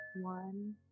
One